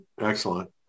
excellent